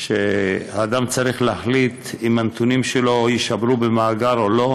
שאדם צריך להחליט אם הנתונים שלו יישמרו במאגר או לא.